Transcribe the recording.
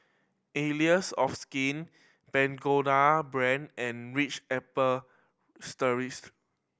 Allies of Skin Pagoda Brand and Ritz Apple